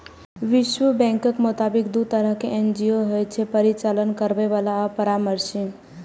विश्व बैंकक मोताबिक, दू तरहक एन.जी.ओ होइ छै, परिचालन करैबला आ परामर्शी